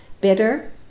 bitter